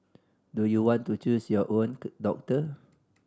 do you want to choose your own doctor